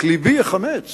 רק לבי נחמץ